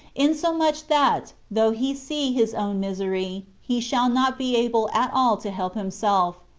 insomuch that, though he see his own misery, he shall not be able at all to help himself,